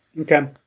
Okay